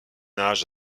âge